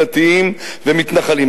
דתיים ומתנחלים.